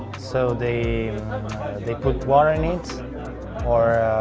so they they put water in it or